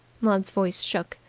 maud's voice shook.